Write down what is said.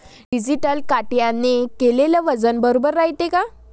Digital काट्याने केलेल वजन बरोबर रायते का?